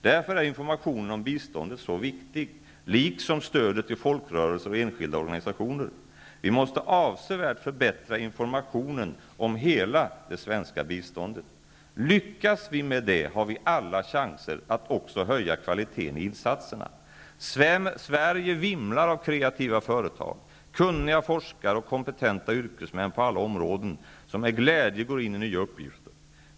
Därför är informationen om biståndet så viktig, liksom stödet till folkrörelser och enskilda organisationer. Vi måste avsevärt förbättra informationen om hela det svenska biståndet. Lyckas vi med det har vi alla chanser att också höja kvaliteten i insatserna. Sverige vimlar av kreativa företag, kunniga forskare och kompetenta yrkesmän på alla områden, som med glädje går in i nya uppgifter.